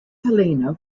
helena